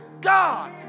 God